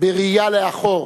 בראייה לאחור